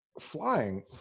flying